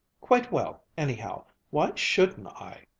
quite well, anyhow. why shouldn't i?